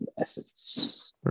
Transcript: essence